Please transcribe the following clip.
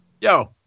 Yo